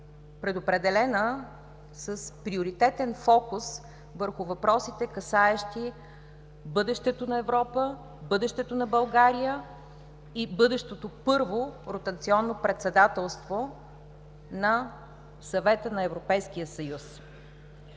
предопределена с приоритетен фокус върху въпросите, касаещи бъдещето на Европа, бъдещето на България и бъдещото първо ротационно председателство на Съвета на Европейския съюз.